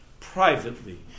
privately